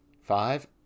Five